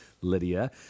Lydia